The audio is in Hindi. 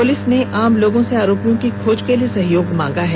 पुलिस ने आम लोगों से आरोपियों की खोज के लिए सहयोग मांगा है